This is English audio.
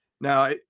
Now